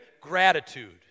gratitude